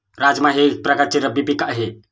राजमा हे एक प्रकारचे रब्बी पीक आहे